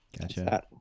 gotcha